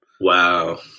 Wow